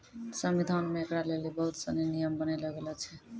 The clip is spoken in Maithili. संविधान मे ऐकरा लेली बहुत सनी नियम बनैलो गेलो छै